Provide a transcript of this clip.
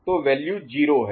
तो वैल्यू 0 है